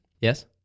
Yes